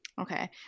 Okay